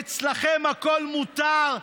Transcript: אצלכם הכול מותר.